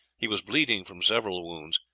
he was bleeding from several wounds,